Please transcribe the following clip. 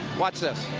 watch this.